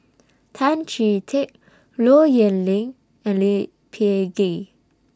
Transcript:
Tan Chee Teck Low Yen Ling and Lee Peh Gee